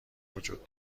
وجود